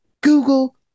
Google